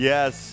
Yes